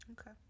okay